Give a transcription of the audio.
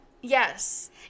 Yes